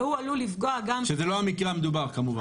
והוא עלול לפגוע גם --- שזה לא המקרה המדובר כמובן.